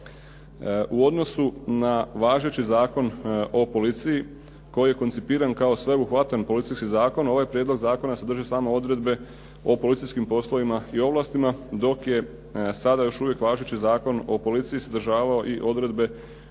U odnosu na važeći Zakon o policiji koji je koncipiran kao sveobuhvatan policijski zakon ovaj prijedlog zakona se drži samo odredbe o policijskim poslovima i ovlastima dok je sada još uvijek važeći Zakon o policiji sadržavao i odredbe